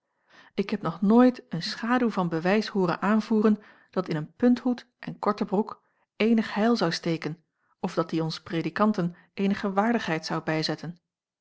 ik heb nog nooit een schaduw van bewijs hooren aanvoeren dat in een punthoed en korten broek eenig heil zou steken of dat die ons predikanten eenige waardigheid zou bijzetten